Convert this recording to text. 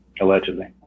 Allegedly